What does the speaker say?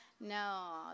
No